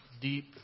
deep